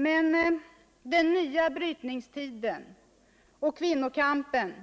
Men den nya brytningstiden och kvinnokampen